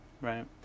right